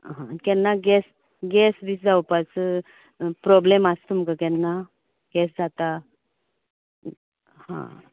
आहां केन्ना gas gas बी जावपाच प्रोब्लम आस तुमका केन्ना गॅस जाता हां